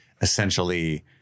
essentially